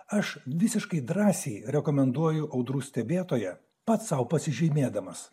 aš visiškai drąsiai rekomenduoju audrų stebėtoja pats sau pasižymėdamas